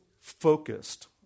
focused